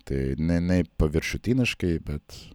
tai ne ne paviršutiniškai bet